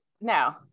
no